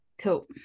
Cool